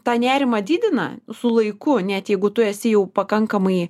tą nerimą didina su laiku net jeigu tu esi jau pakankamai